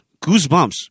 goosebumps